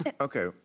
Okay